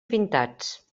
pintats